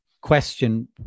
question